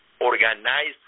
organized